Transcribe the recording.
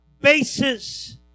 bases